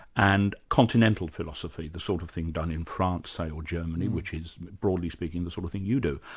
and continental philosophy, the sort of thing done in france say, or germany, which is broadly speaking the sort of thing you do.